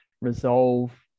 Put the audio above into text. resolve